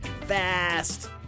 fast